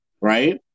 right